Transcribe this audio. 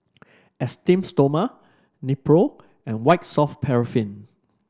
Esteem Stoma Nepro and White Soft Paraffin